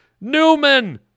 Newman